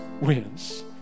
wins